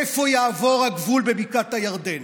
איפה יעבור הגבול בבקעת הירדן?